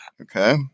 Okay